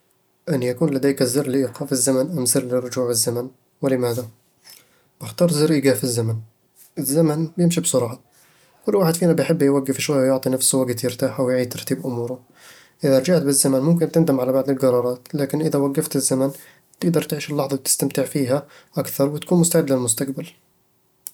أن يكون لديك زر لإيقاف الزمن أم زر للرجوع بالزمن؟ ولماذا؟ بختار زر إيقاف الزمن الزمن ييمشي بسرعة، وكل واحد فينا يحب يوقف شوي ويعطي نفسه وقت يرتاح أو يعيد ترتيب أموره إذا رجعت بالزمن، ممكن تندم على بعض القرارات، لكن إذا وقفت الزمن، تقدر تعيش اللحظة وتستمتع فيها أكثر وتكون مستعد للمستقبل